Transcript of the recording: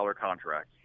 contract